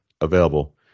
available